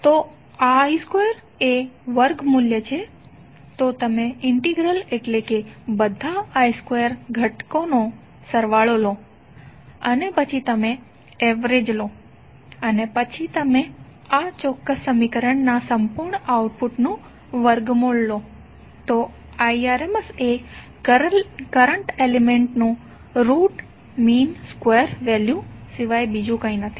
તો i2 એ વર્ગ મુલ્ય છે તો તમે ઈન્ટીગ્રલ એટલે કે બધા i2 ઘટકનો સરવાળો લો અને પછી તમે એવરેજ લો અને પછી તમે આ ચોક્કસ સમીકરણના સંપૂર્ણ આઉટપુટનુ વર્ગમૂળ લો તો Irms એ કરંટ એલિમેન્ટ્ નુ રુટ મીન સ્ક્વેર વેલ્યુ સિવાય કઇ નથી